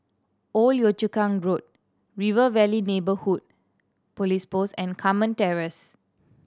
Old Yio Chu Kang Road River Valley Neighbourhood Police Post and Carmen Terrace